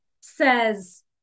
says